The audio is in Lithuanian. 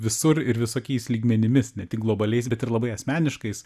visur ir visokiais lygmenimis ne tik globaliais bet ir labai asmeniškais